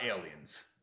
Aliens